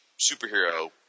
superhero